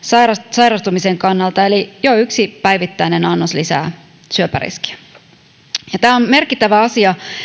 sairastumisen kannalta eli jo yksi päivittäinen annos lisää syöpäriskiä tämä on merkittävä asia